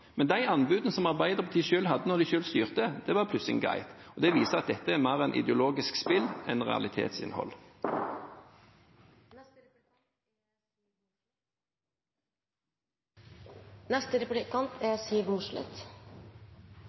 De anbudene som Arbeiderpartiet selv hadde da de styrte, var greit, og det viser at dette er mer et ideologisk spill enn realitetsinnhold. Når noe er for godt til å være sant, er